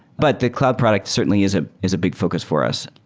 but the cloud product certainly is ah is a big focus for us.